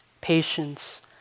patience